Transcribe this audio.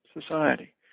society